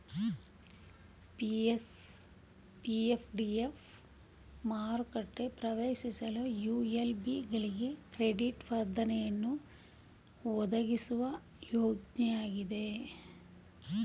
PF DF market ಪ್ರವೇಶಿಸಲು ULB ಗಳಿಗೆ credit ವರ್ಧನೆಯನ್ನು ಒದಗಿಸುವ ಯೋಜ್ನಯಾಗಿದೆ